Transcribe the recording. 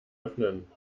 öffnen